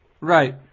Right